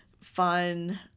fun